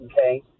okay